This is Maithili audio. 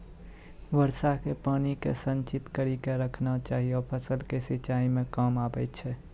वर्षा के पानी के संचित कड़ी के रखना चाहियौ फ़सल के सिंचाई मे काम आबै छै?